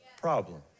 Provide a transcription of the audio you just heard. problem